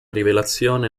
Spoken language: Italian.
rivelazione